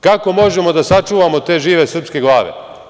Kako možemo da sačuvamo te žive srpske glave?